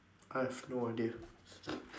I have no idea